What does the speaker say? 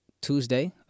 Tuesday